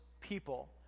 people